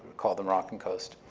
call the moroccan coast